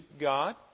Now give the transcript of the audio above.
God